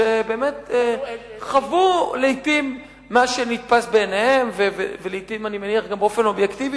שבאמת חוו לעתים מה שנתפס בעיניהם ולעתים אני מניח גם באופן אובייקטיבי,